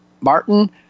Martin